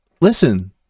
listen